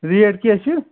rate کیٛاہ چھِ